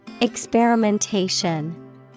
Experimentation